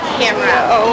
camera